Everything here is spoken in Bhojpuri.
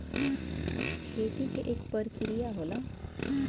खेती के इक परिकिरिया होला